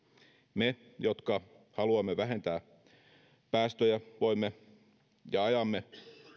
me jotka haluamme vähentää päästöjä ajamme